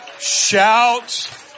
Shout